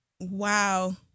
Wow